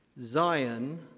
Zion